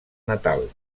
natal